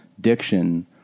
diction